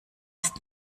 ist